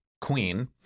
queen